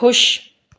खु़शि